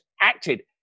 acted